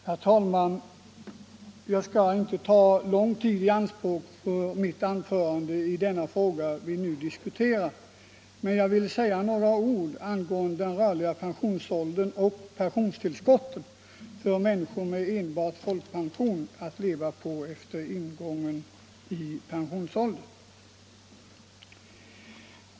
Herr talman! Jag skall inte ta lång tid i anspråk för mitt anförande i den fråga som vi nu diskuterar, men jag vill säga några ord om den rörliga pensionsåldern och om pensionstillskotten för människor med enbart folkpension att leva på efter uppnådd pensionsålder.